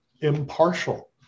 impartial